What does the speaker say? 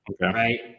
Right